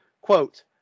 quote